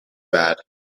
bad